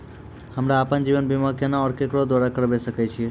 हमरा आपन जीवन बीमा केना और केकरो द्वारा करबै सकै छिये?